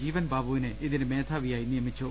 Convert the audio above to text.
ജീവൻ ബാബുവിനെ ഇതിന്റെ മേധാവിയായി നിയമിച്ചു